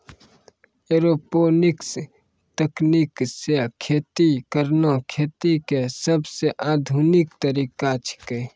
aeroponics तकनीक सॅ खेती करना खेती के सबसॅ आधुनिक तरीका छेकै